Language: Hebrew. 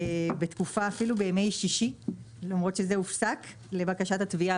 אפילו בימי שישי למרות שזה הופסק לבקשת התביעה